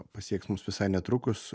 pasieks mus visai netrukus